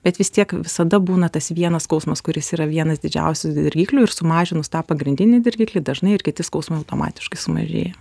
bet vis tiek visada būna tas vienas skausmas kuris yra vienas didžiausių dirgiklių ir sumažinus tą pagrindinį dirgiklį dažnai ir kiti skausmai automatiškai sumažėja